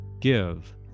give